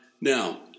Now